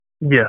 Yes